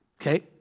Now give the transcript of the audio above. okay